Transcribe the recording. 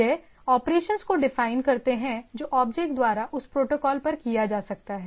यह ऑपरेशंस को डिफाइन करते हैं जो ऑब्जेक्ट द्वारा उस प्रोटोकॉल पर किया जा सकता है